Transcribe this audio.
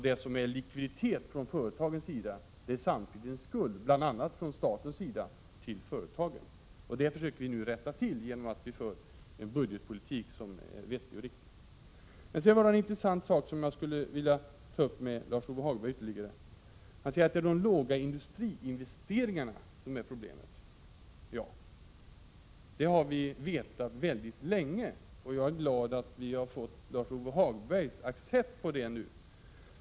Det som är likviditet från företagens sida är samtidigt en skuld bl.a. från statens sida till företagen. Det försöker vi nu rätta till genom att föra en budgetpolitik som är vettig och riktig. Sedan är det en intressant sak som jag skulle vilja ta upp ytterligare med Lars-Ove Hagberg. Han säger att det är de låga industriinvesteringarna som är problemet. Ja, det har vi vetat mycket länge, och jag är glad att vi fått Lars-Ove Hagbergs accept på det nu.